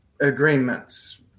agreements